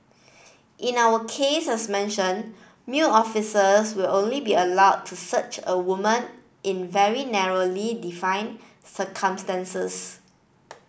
in our case as mentioned male officers will only be allowed to search a woman in very narrowly defined circumstances